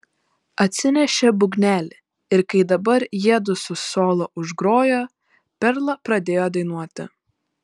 atsinešė būgnelį ir kai dabar jiedu su solo užgrojo perla pradėjo dainuoti